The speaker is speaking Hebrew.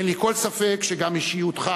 אין לי כל ספק שגם אישיותך